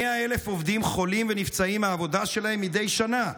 100,000 עובדים חולים ונפצעים בעבודה שלהם מדי שנה.